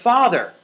Father